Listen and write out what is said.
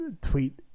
tweet